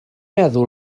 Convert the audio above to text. meddwl